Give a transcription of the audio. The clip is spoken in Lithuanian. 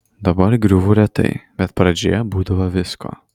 dabar griūvu retai bet pradžioje būdavo visko